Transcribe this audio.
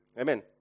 Amen